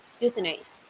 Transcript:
euthanized